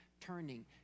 turning